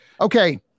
Okay